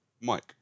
Mike